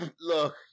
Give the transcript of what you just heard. look